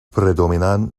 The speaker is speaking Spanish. predominan